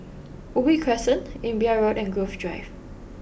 Ubi Crescent Imbiah Road and Grove Drive